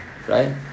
right